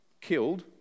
killed